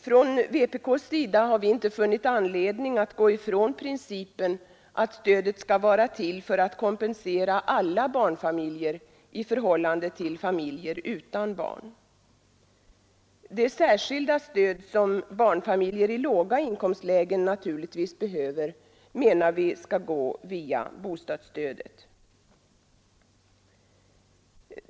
Från vpk:s sida har vi inte funnit anledning att gå ifrån principen att stödet skall vara till för att kompensera alla barnfamiljer i förhållande till familjer utan barn. Det särskilda stöd som barnfamiljer i låga inkomstlägen naturligtvis behöver menar vi skall gå via bostadsstödet.